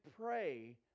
pray